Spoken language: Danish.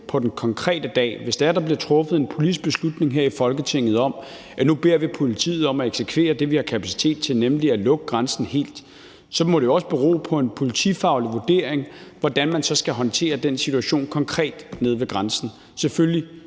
på den konkrete dag bliver truffet en politisk beslutning her i Folketinget om, at nu beder vi politiet om at eksekvere det, vi har kapacitet til, nemlig at lukke grænsen helt, så må det jo også bero på en politifaglig vurdering af, hvordan man så skal håndtere den situation konkret nede ved grænsen, selvfølgelig